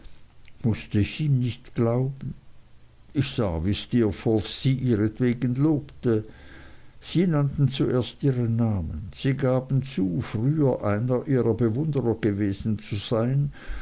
ich ihm nicht glauben ich sah wie steerforth sie ihretwegen lobte sie nannten zuerst ihren namen sie gaben zu früher einer ihrer bewunderer gewesen zu sein